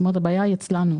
כלומר הבעיה היא אצלנו.